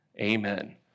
Amen